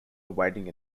awaiting